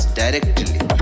directly